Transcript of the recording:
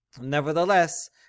nevertheless